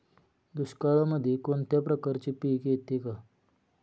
दुष्काळामध्ये कोणत्या प्रकारचे पीक येते का?